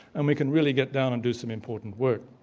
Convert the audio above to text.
and we can really get down and do some important work.